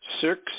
six